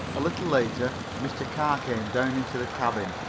a little later mr. carr came down into the cabin.